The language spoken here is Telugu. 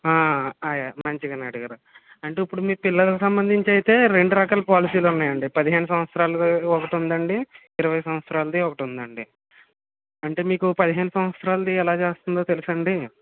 అవే మంచిగానే అడిగారు అంటే ఇప్పుడు మీ పిల్లలకు సంబంధించి అయితే రెండు రకాల పాలసీలు ఉన్నాయండి పదిహేను సంవత్సరాలది ఒకటుందండీ ఇరవై సంవత్సరాలది ఒకటుందండీ అంటే మీకు పదిహేను సంవత్సరాలది ఎలా చేస్తుందో తెలుసాఅండీ